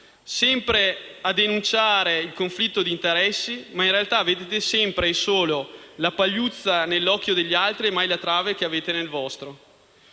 sempre a denunciare il conflitto d'interessi, ma in realtà vedete sempre e solo la pagliuzza nell'occhio degli altri e mai la trave nel vostro.